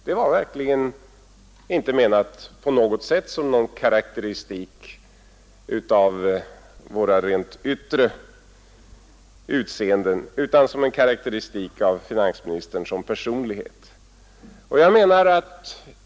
Det var verkligen inte på något sätt menat som en karakteristik av våra rent yttre utseenden utan som en karakteristik av finansministern som personlighet.